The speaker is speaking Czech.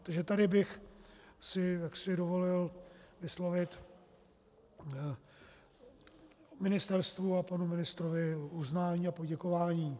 Takže tady bych si dovolil vyslovit ministerstvu a panu ministrovi uznání a poděkování.